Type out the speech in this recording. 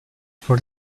for